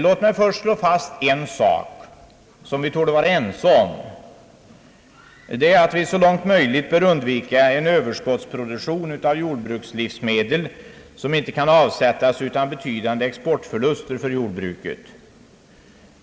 Jag vill först slå fast en sak, som vi torde vara ense om, nämligen att vi så långt möjligt bör undvika en överskottsproduktion av jordbrukslivsmedel, som inte kan avsättas utan betydande exportförluster för jordbruket.